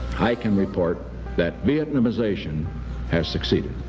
i can report that vietnamisation has succeeded.